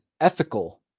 ethical